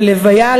בלוויה,